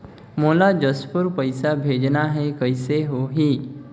मोला जशपुर पइसा भेजना हैं, कइसे होही?